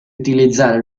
utilizzare